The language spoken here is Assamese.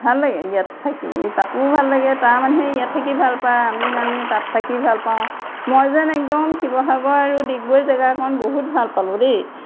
ভাল লাগে ইয়াত থাকি তাতো ভাল লাগে তাৰ মানুহে ইয়াত থাকি ভাল পায় আমি মানে তাত থাকি ভাল পাওঁ মই যেন একদম শিৱসাগৰ আৰু ডিগবৈ জেগাকন বহুত ভাল পালোঁ দেই